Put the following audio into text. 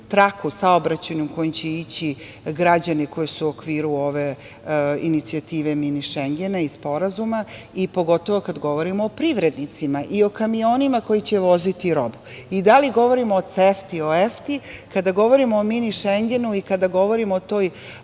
traku kojim će ići građani koji su u okviru ove inicijative „mini Šengena“ i sporazuma, pogotovo kada govorimo o privrednicima i o kamionima koji će voziti robu. Da li govorimo o CEFTA-i, o EFTA-i, kada govorimo o „mini Šengenu“ i kada govorimo o tom